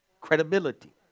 credibility